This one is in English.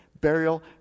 burial